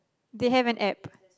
they have an App